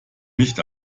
nicht